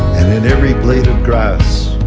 and in every blade of grass